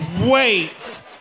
wait